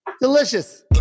Delicious